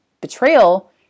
betrayal